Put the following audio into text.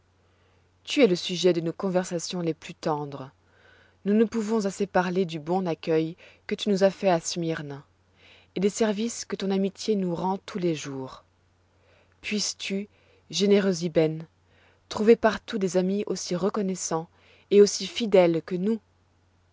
tu es le sujet de nos conversations les plus tendres nous ne pouvons assez parler du bon accueil que tu nous as fait à smyrne et des services que ton amitié nous rend tous les jours puisses-tu généreux ibben trouver partout des amis aussi reconnaissants et aussi fidèles que nous